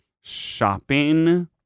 shopping